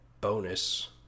bonus